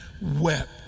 wept